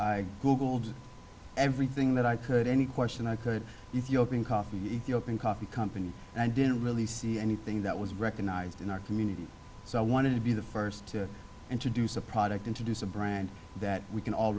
i googled everything that i could any question i could use the open coffee ethiopian coffee company and i didn't really see anything that was recognized in our community so i wanted to be the first to introduce a product introduce a brand that we can all